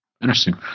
Interesting